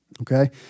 Okay